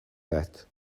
that